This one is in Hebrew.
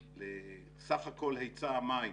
לסך הכול היצע המים